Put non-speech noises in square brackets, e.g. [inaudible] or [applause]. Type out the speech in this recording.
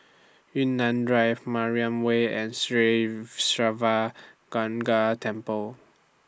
Yunnan Drive Mariam Way and Sri Siva [unintelligible] Temple